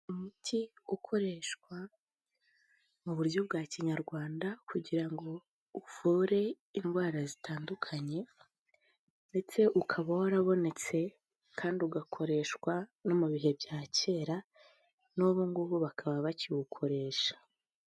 Umuti ukoreshwa mu buryo bwa Kinyarwanda, kugira ngo uvure indwara zitandukanye ndetse ukaba warabonetse kandi ugakoreshwa no mu bihe bya kera, n'ubu ngubu bakaba bakiwukoresha.